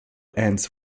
ends